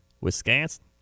Wisconsin